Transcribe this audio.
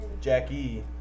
Jackie